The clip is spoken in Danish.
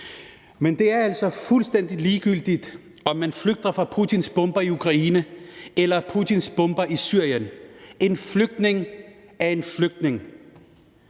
Men det er altså fuldstændig ligegyldigt, om man flygter fra Putins bomber i Ukraine eller Putins bomber i Syrien. En flygtning er en flygtning.